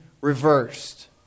reversed